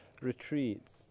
retreats